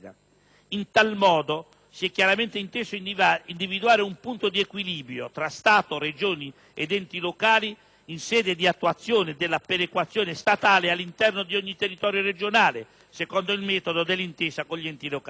In tal modo, si è chiaramente inteso individuare un punto di equilibrio tra Stato, Regioni ed enti locali, in sede di attuazione della perequazione statale all'interno di ogni territorio regionale secondo il metodo dell'intesa con gli enti locali: